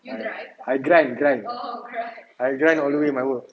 grind grind I grind all the way my work